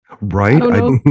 Right